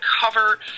cover